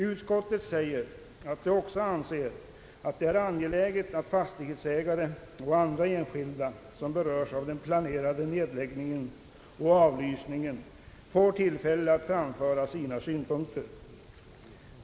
Utskottet säger att det också anser att det är angeläget att fastighetsägare och andra enskilda som berörs av den planerade nedläggningen och avlysningen får tillfälle att framföra sina synpunkter.